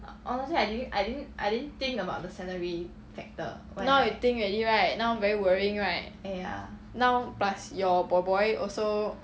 now you think already right now very worrying right now plus your boy boy also